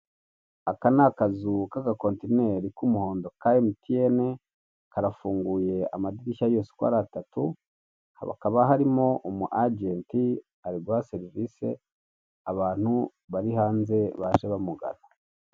Aka ni akazu k'agakontineri k'imihondo ka MTN karafunguye amadirisha yose uko ari atatu, hakaba harimo umu agenti ari guha serivise abantu bari hanze baje bamugana.